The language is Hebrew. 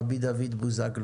רבי דוד בוזגלו,